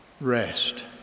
rest